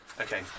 Okay